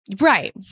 Right